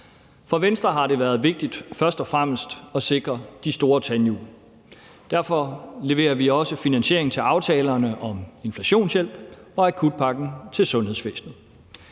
For Venstre har det været vigtigt først og fremmest at sikre de store tandhjul. Derfor leverer vi også finansiering til aftalerne om inflationshjælp og akutpakken til sundhedsvæsenet.